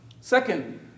Second